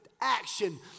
action